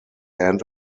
end